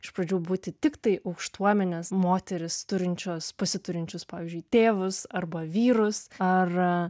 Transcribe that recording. iš pradžių būti tiktai aukštuomenės moterys turinčios pasiturinčius pavyzdžiui tėvus arba vyrus ar